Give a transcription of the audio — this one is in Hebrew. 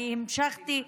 אני המשכתי,